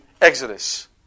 Exodus